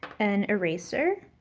an eraser,